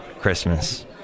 Christmas